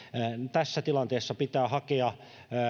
tässä tilanteessa pitää hakea